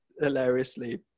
hilariously